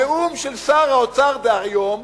הנאום של שר האוצר דהיום,